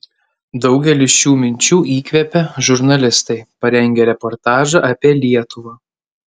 daugelį šių minčių įkvėpė žurnalistai parengę reportažą apie lietuvą